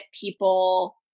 people